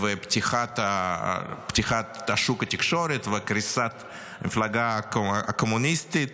ופתיחת שוק התקשורת, וקריסת המפלגה הקומוניסטית,